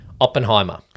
Oppenheimer